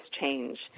change